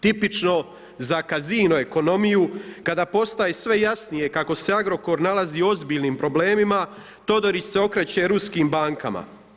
Tipično za casino ekonomiju kada postaje sve jasnije kako se Agrokor nalazi u ozbiljnim problemima, Todorić se okreće ruskim bankama.